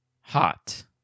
Hot